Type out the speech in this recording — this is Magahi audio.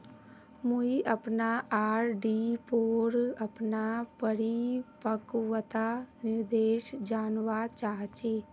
मुई अपना आर.डी पोर अपना परिपक्वता निर्देश जानवा चहची